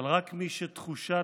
ורק מי שתחושת